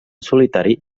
solitari